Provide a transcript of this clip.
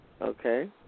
Okay